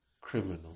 criminal